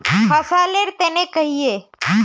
फसल लेर तने कहिए?